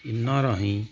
ਇਹਨਾਂ ਰਾਹੀਂ